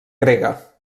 grega